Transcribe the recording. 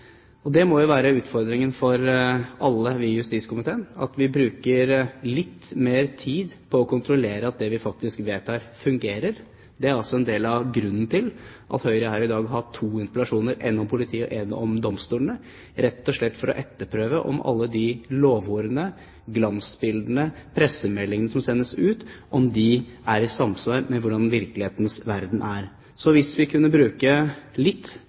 Og utfordringen for alle oss i justiskomiteen må jo være at vi bruker litt mer tid på å kontrollere at det vi faktisk vedtar, fungerer. Det er også en del av grunnen til at Høyre her i dag har hatt to interpellasjoner – en om politiet og en om domstolene – rett og slett for å etterprøve om alle lovordene, glansbildene, pressemeldingene som sendes ut, er i samsvar med virkelighetens verden. Så hvis vi kunne bruke litt